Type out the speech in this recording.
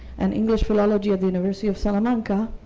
and english philology at the university of salamanca,